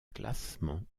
classement